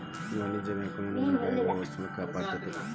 ವಾಣಿಜ್ಯ ಬ್ಯಾಂಕ್ ಗಳು ನಮ್ಮ ಬೆಲೆಬಾಳೊ ವಸ್ತುಗಳ್ನ ಕಾಪಾಡ್ತೆತಿ